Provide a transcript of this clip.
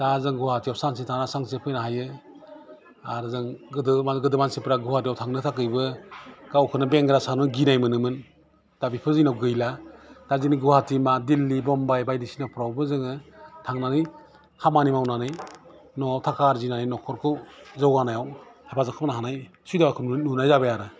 दा जों गवाहाटीयाव सानसेनो थांनानै सानसेनो फैनो हायो आरो जों गोदो गोदो मानसिफ्रा गवाहाटीयाव थांनो थाखायबो गावखौनो बेंग्रा आरो गिनायमोनो दा बेफोर जोंनाव गैला दा जोंनि गवाहाटी बा दिल्ली मुम्बाइ बायदिसिनाफ्राबो जोङो थांनानै खामानि मावनानै नआव थाका आर्जिनानै नखरखौ जौगानायाव हेफाजाब खालामनो हानाय सुबिदाखौ नुनाय जाबाय आरो